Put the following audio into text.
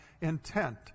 intent